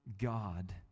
God